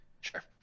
Sure